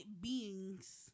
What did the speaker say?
beings